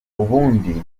ubundi